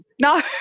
no